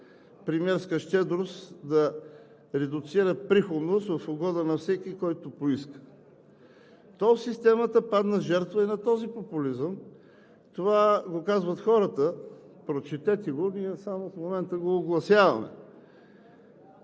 премиерска щедрост да редуцира приходност в угода на всеки, който поиска. Тол системата падна жертва на този популизъм, това го казват хората, прочетете го, а ние в момента само го огласяваме.